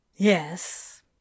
Yes